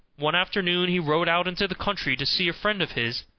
one afternoon he rode out into the country to see a friend of his,